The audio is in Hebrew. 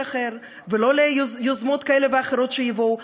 אחר ולא ליוזמות כאלה ואחרות שיבואו.